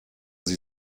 sie